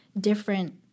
different